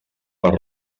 les